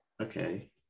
Okay